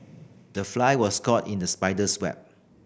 the fly was caught in the spider's web